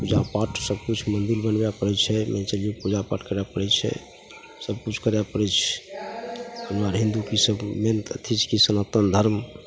पूजापाठ सबकिछु मन्दिर बनबै पड़ै छै मेन छै जेकि पूजापाठ करै पड़ै छै सबकिछु करै पड़ै छै हमर हिन्दूके ईसब मेन अथी छिए सनातन धर्म